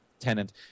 tenant